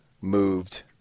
moved